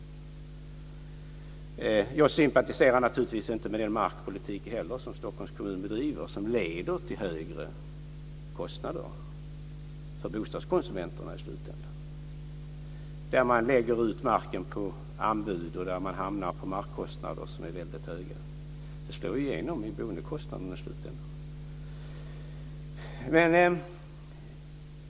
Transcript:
Jag sympatiserar naturligtvis inte heller med den markpolitik som Stockholms kommun bedriver, som leder till högre kostnader för bostadskonsumenterna i slutändan. Man lägger ut marken på anbud och hamnar på markkostnader som är väldigt höga. Det slår igenom i boendekostnaderna i slutändan.